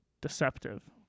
deceptive